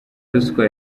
ruswa